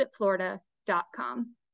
visitflorida.com